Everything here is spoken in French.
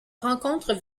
rencontre